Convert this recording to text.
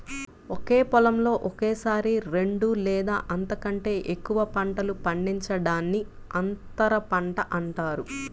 ఒకే పొలంలో ఒకేసారి రెండు లేదా అంతకంటే ఎక్కువ పంటలు పండించడాన్ని అంతర పంట అంటారు